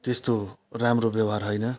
त्यस्तो राम्रो व्यवहार होइन